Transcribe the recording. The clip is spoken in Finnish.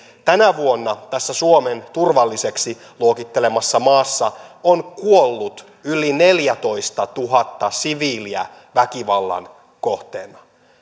tänä vuonna tässä suomen turvalliseksi luokittelemassa maassa on kuollut yli neljätoistatuhatta siviiliä väkivallan kohteina